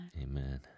Amen